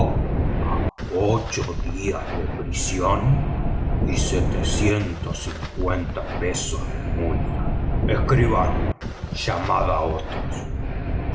ocho días de prisión y ciento cincuenta libras de multa escribano llamad a otros